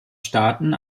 staaten